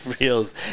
reels